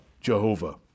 jehovah